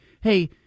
hey